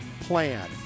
plan